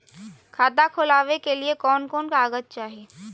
खाता खोलाबे के लिए कौन कौन कागज चाही?